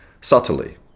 Subtly